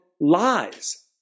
lies